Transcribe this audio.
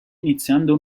iniziando